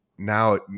Now